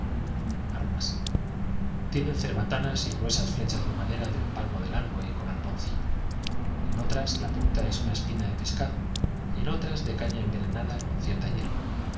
armas tienen cerbatanas y gruesas flechas de madera de un palmo de largo y con arponcillo en otras la punta es una espina de pescado y en otras de caña envenenada con cierta